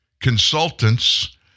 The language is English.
Consultants